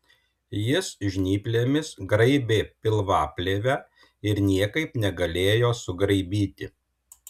jis žnyplėmis graibė pilvaplėvę ir niekaip negalėjo sugraibyti